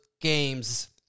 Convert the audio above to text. games